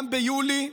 גם ביולי,